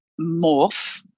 morph